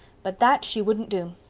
but that she wouldn't do.